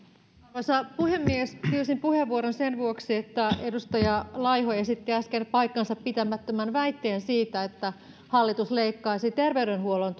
arvoisa puhemies pyysin puheenvuoron sen vuoksi että edustaja laiho esitti äsken paikkansapitämättömän väitteen siitä että hallitus leikkaisi terveydenhuollon